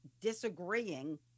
disagreeing